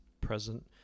present